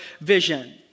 vision